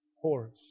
horse